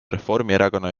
reformierakonna